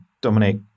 Dominic